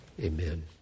Amen